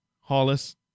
Hollis